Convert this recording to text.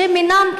שהם אינם,